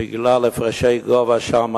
בגלל הפרשי גובה שם,